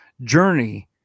journey